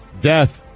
Death